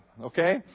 okay